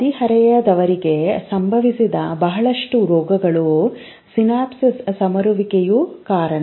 ಹದಿಹರೆಯದವರಿಗೆ ಸಂಬಂಧಿಸಿದ ಬಹಳಷ್ಟು ರೋಗಗಳು ಸಿನಾಪ್ಟಿಕ್ ಸಮರುವಿಕೆಯು ಕಾರಣ